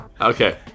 Okay